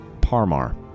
Parmar